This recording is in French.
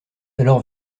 alors